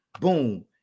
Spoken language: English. boom